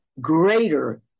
greater